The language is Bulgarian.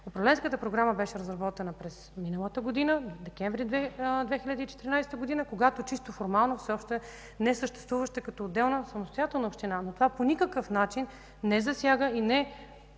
Управленската програма беше разработена през миналата година, през месец декември 2014 г., когато чисто формално общината не съществуваше като отделна, самостоятелна община. Това обаче по никакъв начин не засяга и не